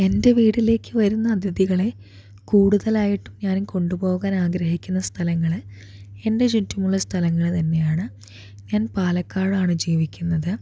എൻ്റെ വീട്ടിലേക്ക് വരുന്ന അതിഥികളെ കൂടുതലായിട്ടും ഞാൻ കൊണ്ട് പോകാനാഗ്രഹിക്കുന്ന സ്ഥലങ്ങള് എൻ്റെ ചുറ്റുമുള്ള സ്ഥലങ്ങള് തന്നെയാണ് ഞാൻ പാലക്കാടാണ് ജീവിക്കുന്നത്